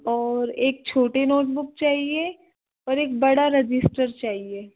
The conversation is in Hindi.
और एक छोटी नोटबुक चाहिए और एक बड़ा रजिस्टर चाहिए